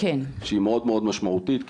שהיא מאוד מאוד משמעותית,